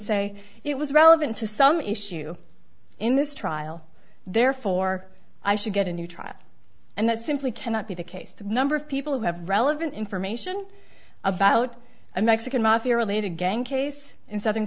say it was relevant to some issue in this trial therefore i should get a new trial and that simply cannot be the case the number of people who have relevant information about a mexican mafia related gang case in southern